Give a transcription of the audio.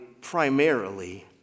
primarily